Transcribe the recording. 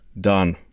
done